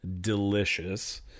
delicious